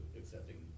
accepting